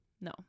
no